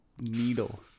needle